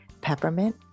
peppermint